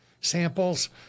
samples